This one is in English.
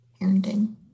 parenting